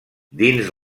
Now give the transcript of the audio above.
dins